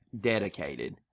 dedicated